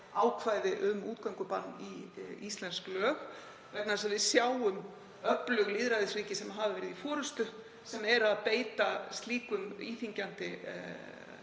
ákvæði um útgöngubann í íslensk lög. Við sjáum að öflug lýðræðisríki sem hafa verið í forystu eru að beita slíkum íþyngjandi